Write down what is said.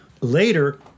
Later